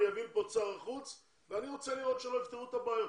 אני אביא לכאן את שר החוץ ואני רוצה לראות שלא יפתרו את הבעיות.